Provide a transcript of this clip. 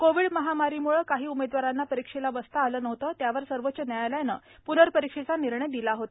Covid महामारीम्ळे काही उमेदवारांना परीक्षेला बसता आलं नव्हतं त्यावर सर्वोच्च न्यायालयानं प्नर्परीक्षेचा निर्णय दिला होता